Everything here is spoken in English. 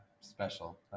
Special